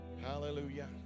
Hallelujah